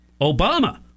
Obama